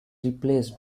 replaced